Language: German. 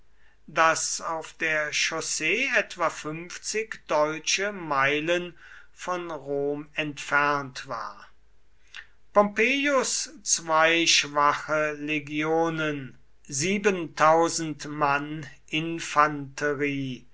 das auf der chaussee etwa deutsche meilen von rom entfernt war pompeius zwei schwache legionen mann